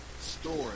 story